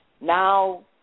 now